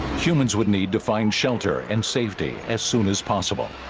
humans would need to find shelter and safety as soon as possible